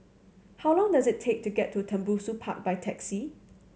how long does it take to get to Tembusu Park by taxi